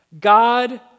God